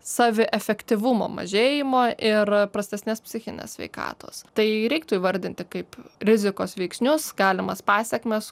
saviefektyvumo mažėjimo ir prastesnės psichinės sveikatos tai reiktų įvardinti kaip rizikos veiksnius galimas pasekmes